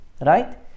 Right